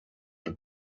the